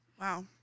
Wow